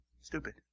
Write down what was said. Stupid